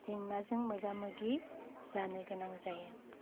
जेंनाजों मोगा मोगि जानो गोनां जायो